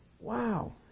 Wow